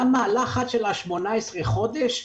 למה הלחץ של ה-18 חודש,